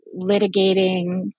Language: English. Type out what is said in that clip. litigating